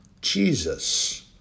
Jesus